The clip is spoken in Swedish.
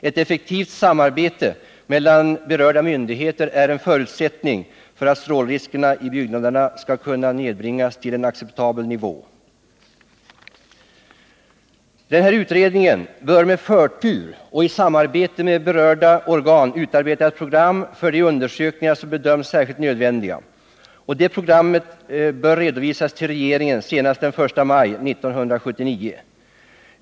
Ett effektivt samarbete mellan berörda myndigheter är en förutsättning för att stråiningsriskerna i byggnaderna skall kunna nedbringas till en acceptabel nivå. Utredningen bör med förtur och i samarbete med berörda organ utarbeta ett program för de undersökningar som bedöms särskilt nödvändiga. Det programmet bör redovisas till regeringen senast den 1 maj 1979.